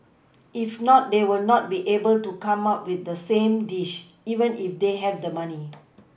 if not they will not be able to come up with the same dish even if they have the money